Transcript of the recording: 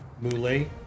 Mule